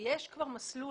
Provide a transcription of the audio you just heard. ויש כבר מסלול,